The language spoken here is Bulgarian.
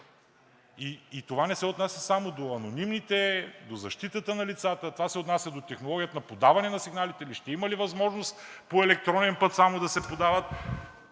И това не се отнася само до анонимните, до защитата на лицата, това се отнася до технологията на подаване на сигналите – ще има ли възможност по електронен път само да се подават,